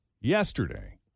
yesterday